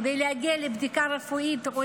כדי להגיע לבדיקה רפואית או